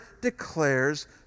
declares